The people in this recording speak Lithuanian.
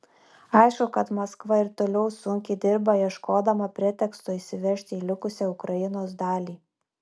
aišku kad maskva ir toliau sunkiai dirba ieškodama preteksto įsiveržti į likusią ukrainos dalį